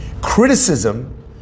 Criticism